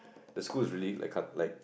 the school is really like cut like